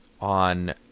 on